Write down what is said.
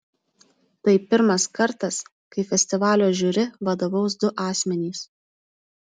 tai pirmas kartas kai festivalio žiuri vadovaus du asmenys